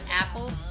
Apple